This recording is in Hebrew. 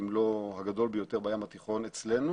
אם לא הגדול ביותר בים התיכון אצלנו.